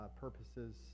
purposes